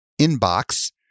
inbox